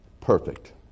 perfect